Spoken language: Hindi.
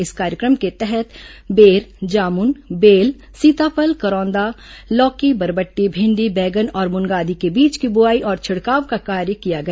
इस कार्यक्रम के तहत बेर जामुन बेल सीताफल करौंदा लौकी बरबट्टी भिंडी बैगन और मुनगा आदि के बीज की बोआई और छिड़काव का कार्य किया गया